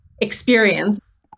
experience